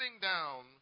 down